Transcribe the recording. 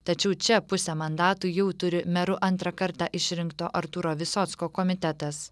tačiau čia pusę mandatų jau turi meru antrą kartą išrinkto artūro visocko komitetas